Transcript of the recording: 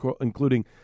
including